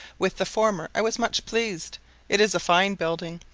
with the former i was much pleased it is a fine building,